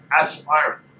aspire